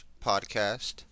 podcast